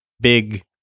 big